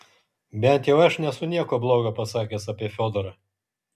bent jau aš nesu nieko blogo pasakęs apie fiodorą